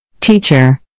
Teacher